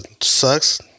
sucks